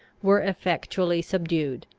were effectually subdued.